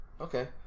Okay